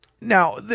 now